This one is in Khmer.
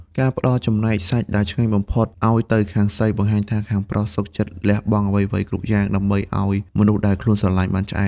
ការផ្ដល់ចំណែកសាច់ដែលឆ្ងាញ់បំផុតឱ្យទៅខាងស្រី បង្ហាញថាខាងប្រុសសុខចិត្តលះបង់អ្វីៗគ្រប់យ៉ាង ដើម្បីឱ្យមនុស្សដែលខ្លួនស្រឡាញ់បានឆ្អែត។